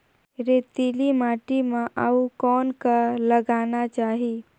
रेतीली माटी म अउ कौन का लगाना चाही?